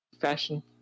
fashion